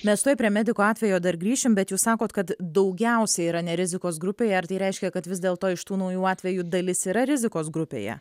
mes tuoj prie medikų atvejo dar grįšim bet jūs sakot kad daugiausia yra ne rizikos grupėj ar tai reiškia kad vis dėlto iš tų naujų atvejų dalis yra rizikos grupėj